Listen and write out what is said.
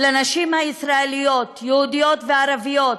לנשים הישראליות, יהודיות וערביות,